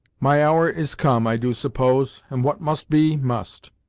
my hour is come, i do suppose, and what must be, must.